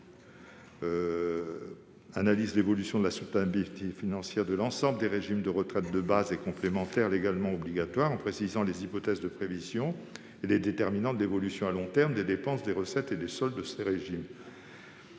analyse l'évolution de la soutenabilité financière de l'ensemble des régimes de retraite de base et complémentaires légalement obligatoires, en précisant les hypothèses de prévisions et les déterminants de l'évolution à long terme des dépenses, des recettes et des soldes de ces régimes.